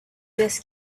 this